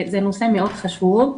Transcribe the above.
זה נושא מאוד חשוב,